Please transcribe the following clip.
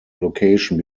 location